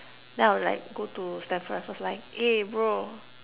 then I'll like go to Stamford-Raffles like eh bro